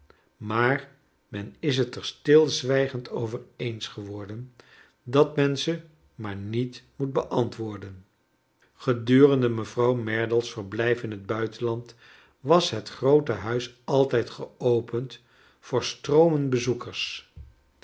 maar men is t er stilzwijgend over eens geworden dat men ze maar met moet beantwoorden gedurende mevrouw merdle's verblijf in het buitenland was het groote huis altijd geopend voor stroomen bezoekers